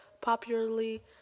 popularly